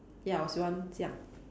ya 我喜欢这样